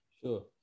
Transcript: Sure